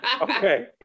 Okay